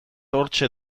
hortxe